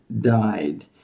died